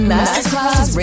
Masterclass